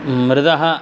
मृदः